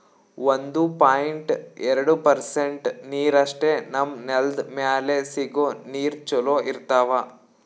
ಒಂದು ಪಾಯಿಂಟ್ ಎರಡು ಪರ್ಸೆಂಟ್ ನೀರಷ್ಟೇ ನಮ್ಮ್ ನೆಲ್ದ್ ಮ್ಯಾಲೆ ಸಿಗೋ ನೀರ್ ಚೊಲೋ ಇರ್ತಾವ